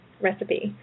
recipe